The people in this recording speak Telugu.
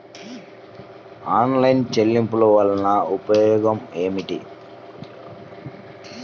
ఆన్లైన్ చెల్లింపుల వల్ల ఉపయోగమేమిటీ?